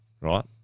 right